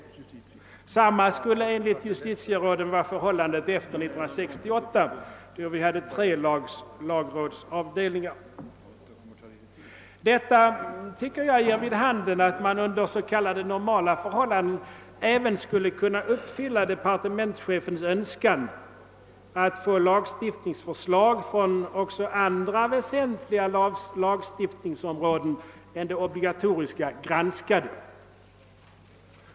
Samma skulle enligt dessa justitieråd vara förhållandet efter 1968 under den tid som vi hade tre lagrådsavdelningar. Detta ger enligt min mening vid handen att man under s.k. normala förhållanden även skulle kunna uppfylla departementschefens önskan att få lagstiftningsförslag inom också andra väsentliga lagstiftningsområden än de obligatoriska granskade.